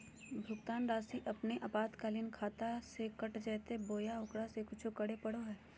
भुक्तान रासि अपने आपातकालीन खाता से कट जैतैय बोया ओकरा ले कुछ करे परो है?